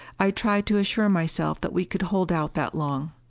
i tried to assure myself that we could hold out that long.